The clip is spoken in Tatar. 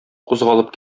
кузгалып